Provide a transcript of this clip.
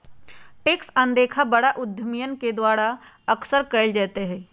tax अनदेखा बड़ा उद्यमियन के द्वारा अक्सर कइल जयते हई